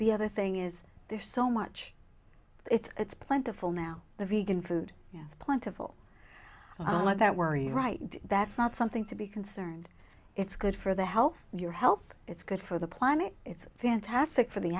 the other thing is there's so much it's plentiful now the vegan food yeah plentiful that worry right that's not something to be concerned it's good for the health of your health it's good for the planet it's fantastic for the